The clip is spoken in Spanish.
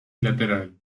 lateral